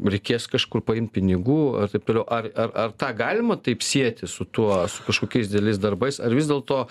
reikės kažkur paimt pinigų ir taip toliau ar ar ar tą galima taip sieti su tuo su kažkokiais dideliais darbais ar vis dėlto